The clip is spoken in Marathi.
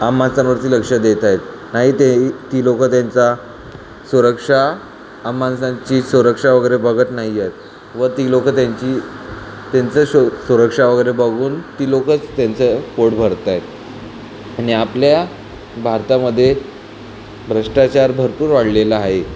आम माणसांवरती लक्ष देत आहेत नाही ते ती लोक त्यांचा सुरक्षा आम्हाला त्यांची सुरक्षा वगैरे बघत नाही आहेत व ती लोक त्यांची त्यांचं शो सुरक्षा वगैरे बघून ती लोक त्यांचं पोट भरत आहेत आणि आपल्या भारतामध्ये भ्रष्टाचार भरपूर वाढलेला आहे